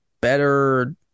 better